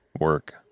work